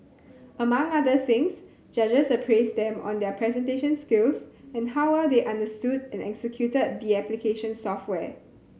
among other things judges appraised them on their presentation skills and how well they understood and executed the application software